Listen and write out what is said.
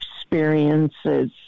experiences